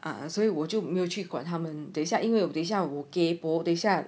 啊所以我就没有去管他们等一下因为我等一下我 kaypoh 等一下